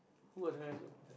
who are the rest though